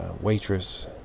waitress